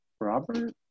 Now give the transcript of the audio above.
Robert